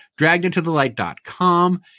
draggedintothelight.com